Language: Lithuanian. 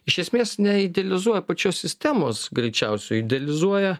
iš esmės neidealizuoja pačios sistemos greičiausiai idealizuoja